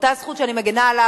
ואותה זכות שאני מגינה עליה